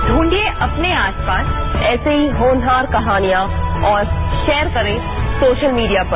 ढूंढिये अपने आसपास ऐसे ही होनहार कहानियां और शेयर करें सोशल मीडिया पर